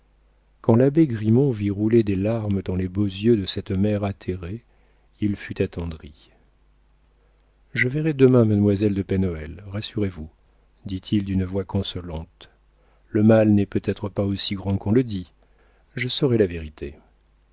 quand l'abbé grimont vit rouler des larmes dans les beaux yeux de cette mère atterrée il fut attendri je verrai demain mademoiselle de pen hoël rassurez-vous dit-il d'une voix consolante le mal n'est peut-être pas aussi grand qu'on le dit je saurai la vérité